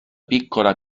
piccola